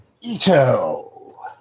Ito